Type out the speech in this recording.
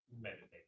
meditation